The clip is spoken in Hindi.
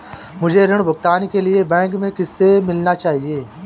मुझे ऋण भुगतान के लिए बैंक में किससे मिलना चाहिए?